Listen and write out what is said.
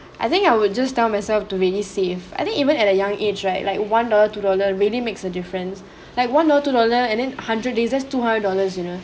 I think I would just tell myself to really save I think even at a young age right like one dollar two dollar really makes a difference like one or two dollar and then hundred days is two hundred dollars you know